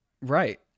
Right